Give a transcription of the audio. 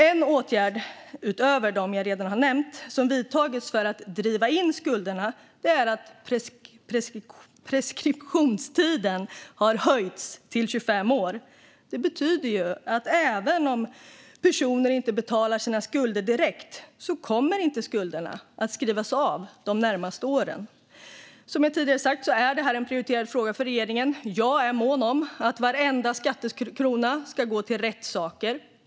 En åtgärd, utöver dem jag redan har nämnt, som har vidtagits för att driva in skulderna är att preskriptionstiden har höjts till 25 år, vilket betyder att även om personer inte betalar sina skulder direkt kommer skulderna inte att skrivas av de närmaste åren. Som jag tidigare har sagt är det här en prioriterad fråga för regeringen. Jag är mån om att varenda skattekrona ska gå till rätt saker.